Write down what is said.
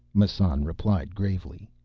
massan replied gravely.